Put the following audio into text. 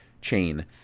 chain